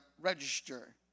register